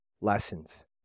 lessons